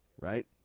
right